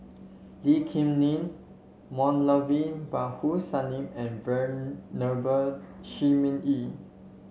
Lee Kip Lin Moulavi Babu Sahib and Venerable Shi Ming Yi